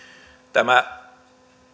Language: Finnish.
tämä